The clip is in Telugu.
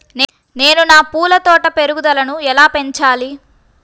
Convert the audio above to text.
నేను నా పూల తోట పెరుగుదలను ఎలా పెంచాలి?